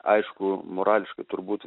aišku morališkai turbūt